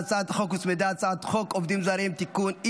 להצעת החוק הוצמדה הצעת חוק עובדים זרים (תיקון,